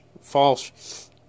false